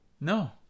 No